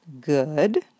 good